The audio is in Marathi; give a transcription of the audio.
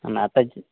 आणि आता